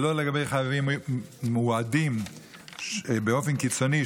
ולא לגבי חייבים מועדים באופן קיצוני,